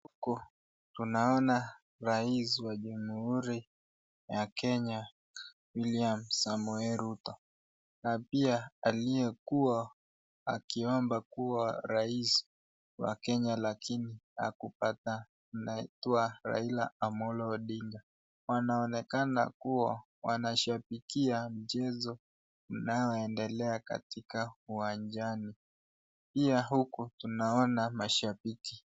Huku tunaona rais wa jamhuri ya Kenya William Somoei Ruto na pia aliyekua akiomba kua rais wa Kenya lakini hakupata anaitwa Raila Amollo Odinga. Wanaonekana kua wanashabikia mchezo unaoendelea katika uwanjani pia huku tunaona mashabiki.